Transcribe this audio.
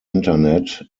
internet